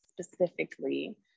specifically